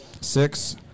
Six